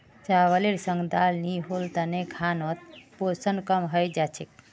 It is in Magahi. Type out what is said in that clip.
चावलेर संग दाल नी होल तने खानोत पोषण कम हई जा छेक